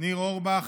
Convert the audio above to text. ניר אורבך,